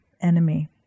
enemy